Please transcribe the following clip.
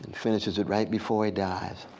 finishes it right before he dies.